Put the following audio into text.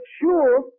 sure